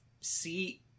see